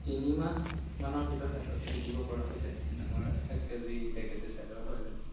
তিনিমাহমানৰ ভিতৰত সিহঁতক বিকিব পৰা হৈ যায় ডাঙৰ এক কেজি ডেৰ কেজি চাইজৰ হৈ যায়